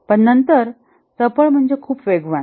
पण नंतर चपळ म्हणजे खूप वेगवान